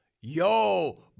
Yo